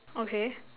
okay